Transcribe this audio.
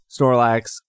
Snorlax